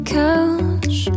couch